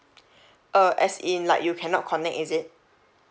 uh as in like you cannot connect is it